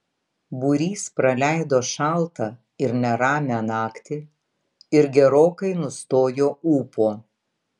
būrys praleido šaltą ir neramią naktį ir gerokai nustojo ūpo